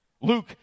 Luke